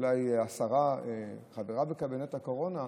אולי השרה חברה בקבינט הקורונה,